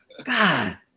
God